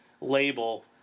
label